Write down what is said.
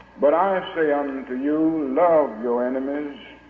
but i say unto you, love your enemies,